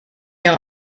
know